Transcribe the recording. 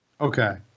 okay